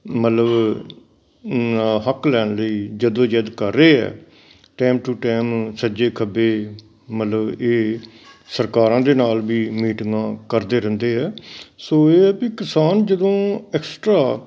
ਮਤਲਬ ਹੱਕ ਲੈਣ ਲਈ ਜੱਦੋ ਜਹਿਦ ਕਰ ਰਹੇ ਹੈ ਟਾਈਮ ਟੂ ਟਾਈਮ ਸੱਜੇ ਖੱਬੇ ਮਤਲਬ ਇਹ ਸਰਕਾਰਾਂ ਦੇ ਨਾਲ ਵੀ ਮੀਟਿੰਗਾਂ ਕਰਦੇ ਰਹਿੰਦੇ ਆ ਸੋ ਇਹ ਆ ਵੀ ਕਿਸਾਨ ਜਦੋਂ ਐਕਸਟਰਾ